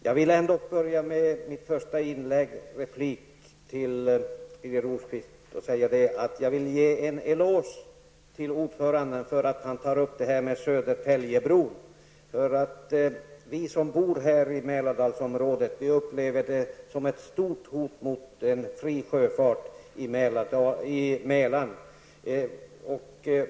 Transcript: Jag vill börja min första replik till Birger Rosqvist med att ge en eloge till ordföranden för att han tar upp det här med Södertäljebron. Vi som bor här i Mälardalsområdet upplever det som ett stort hot mot en fri sjöfart i Mälaren.